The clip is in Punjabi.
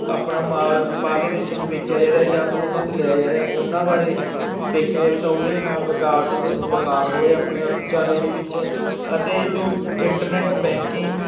ਆਪਣਾ ਮਾਲ ਬਾਹਰਲੇ ਦੇਸ਼ਾਂ ਨੂੰ ਵੇਚਿਆ ਜਾ ਰਿਹਾ ਜਾਂ ਫਿਰ ਉਹਨਾਂ ਤੋਂ ਲਿਆ ਜਾ ਰਿਹਾ ਉਹਨਾਂ ਬਾਰੇ ਦੇਖਿਆ ਜਾਵੇ ਤਾਂ ਉਹਦੇ ਨਾਲ ਵਿਕਾਸ ਦੇ ਵਿਕਾਸ ਹੋਇਆ ਆਪਣੇ ਅਰਥਚਾਰੇ ਦੇ ਵਿੱਚ ਅਤੇ ਜੋ ਇੰਟਰਨੈਟ ਬੈਂਕਿੰਗ